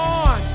on